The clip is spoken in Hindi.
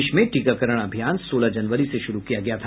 देश में टीकाकरण अभियान सोलह जनवरी से शुरू किया गया था